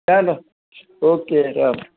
ચાલો ઓકે રામ